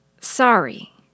Sorry